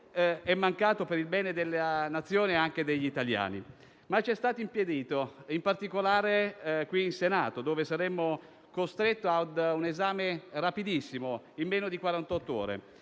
è mancato per il bene della Nazione e anche degli italiani. Ma c'è stato impedito, in particolare qui in Senato, dove saremo costretti a fare un esame rapidissimo, in meno di